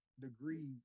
degree